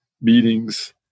meetings